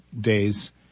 days